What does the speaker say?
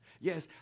Yes